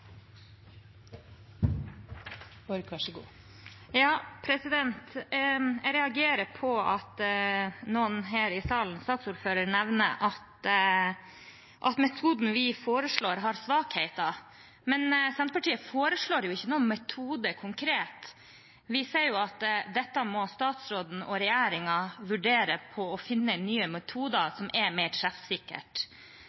Jeg reagerer på at noen her i salen, saksordføreren, nevner at metoden vi foreslår, har svakheter. Men Senterpartiet foreslår jo ikke noen metode konkret. Vi sier at dette må statsråden og regjeringen vurdere og finne nye metoder